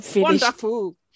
Wonderful